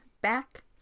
back